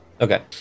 Okay